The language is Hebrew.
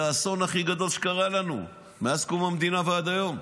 זה האסון הכי גדול שקרה לנו מאז קום המדינה ועד היום.